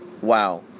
wow